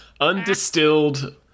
Undistilled